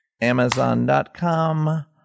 Amazon.com